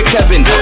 Kevin